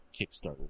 Kickstarter